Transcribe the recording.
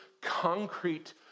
concrete